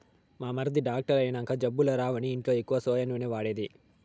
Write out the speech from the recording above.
మా మరిది డాక్టర్ అయినంక జబ్బులు రావని ఇంట్ల ఎక్కువ సోయా నూనె వాడేది